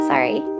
Sorry